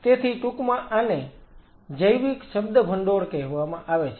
તેથી ટૂંકમાં આને જૈવિક શબ્દભંડોળ કહેવામાં આવે છે